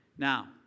Now